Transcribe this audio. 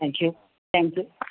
thank you thank you